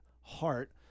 Heart